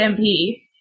MP